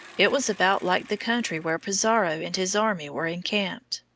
it was about like the country where pizarro and his army were encamped.